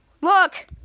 look